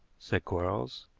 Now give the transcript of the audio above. said quarles.